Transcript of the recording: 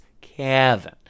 kevin